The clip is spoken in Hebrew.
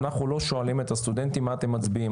אנחנו לא שואלים את הסטודנטים מה אתם מצביעים.